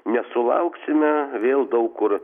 nesulauksime vėl daug kur